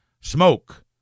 smoke